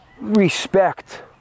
Respect